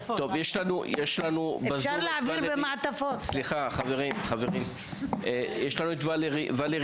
יש לנו ב- Zoom את ולרי